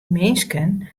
minsken